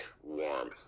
warm